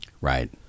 Right